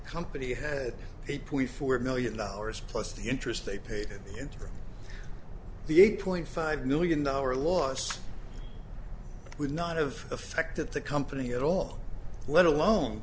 company had eight point four million dollars plus the interest they paid into the eight point five million dollar loss would not have affected the company at all let alone